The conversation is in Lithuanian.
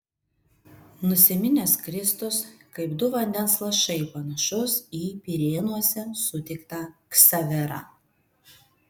nusiminęs kristus kaip du vandens lašai panašus į pirėnuose sutiktą ksaverą